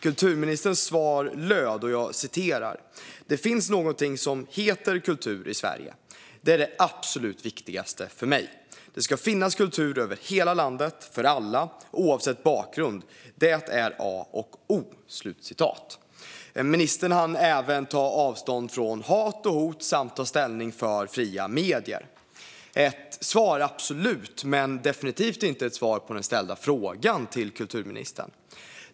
Kulturministerns svar löd: "Det finns någonting som heter kultur i Sverige. Det är det absolut viktigaste för mig. Det ska finnas kultur över hela landet för alla, oavsett bakgrund. Det är a och o." Ministern hann även ta avstånd från hat och hot samt ta ställning för fria medier. Det var absolut ett svar. Men det var definitivt inte ett svar på den ställda frågan till kulturministern.